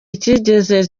icyizere